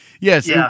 Yes